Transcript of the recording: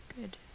good